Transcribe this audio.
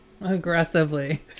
aggressively